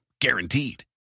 guaranteed